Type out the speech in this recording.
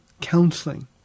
counseling